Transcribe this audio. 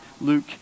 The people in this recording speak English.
Luke